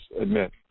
admit